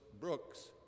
Brooks